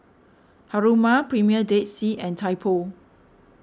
Haruma Premier Dead Sea and Typo